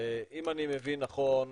ואם אני מבין נכון,